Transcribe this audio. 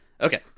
Okay